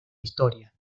historia